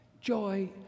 joy